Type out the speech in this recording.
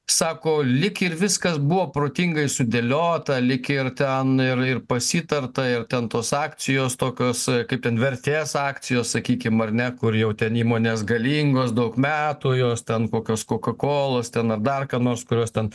sako lyg ir viskas buvo protingai sudėliota lyg ir ten ir ir pasitarta ir ten tos akcijos tokios kaip ten vertės akcijos sakykim ar ne kur jau ten įmonės galingos daug metų jos ten kokios kokakolos ten ar dar ką nors kurios ten